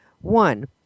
One